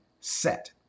set